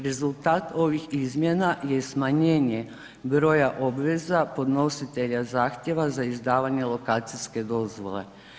Rezultat ovih izmjena je smanjenje broja obveza podnositelja zahtjeva za izdavanje lokacijske dozvole.